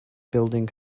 building